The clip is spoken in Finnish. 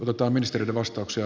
otetaan ministereiden vastauksia